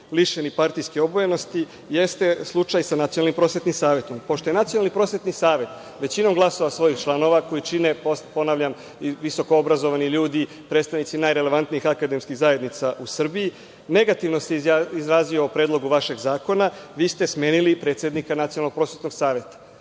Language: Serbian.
lišeni partijske obojenosti jeste slučaj sa Nacionalnim prosvetnim savetom. Pošto je Nacionalni prosvetni savet većinom glasova svojih članova, koji čine, ponavljam, visoko obrazovani ljudi, predstavnici najrelevantnijih akademskih zajednica u Srbiji, negativno se izrazio o predlogu vašeg zakona, vi ste smenili predsednika Nacionalnog prosvetnog saveta,